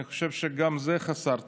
אני חושב שגם זה חסר תקדים.